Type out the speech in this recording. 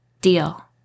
Deal